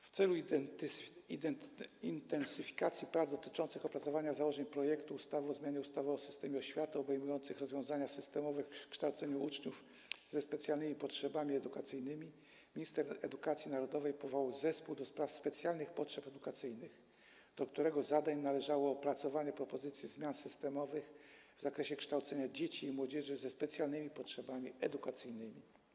W celu intensyfikacji prac dotyczących opracowania założeń projektu ustawy o zmianie ustawy o systemie oświaty obejmujących rozwiązania systemowe w kształceniu uczniów ze specjalnymi potrzebami edukacyjnymi minister edukacji narodowej powołał Zespół do spraw specjalnych potrzeb edukacyjnych, do którego zadań należało opracowanie propozycji zmian systemowych w zakresie kształcenia dzieci i młodzieży ze specjalnymi potrzebami edukacyjnymi.